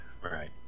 right